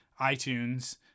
iTunes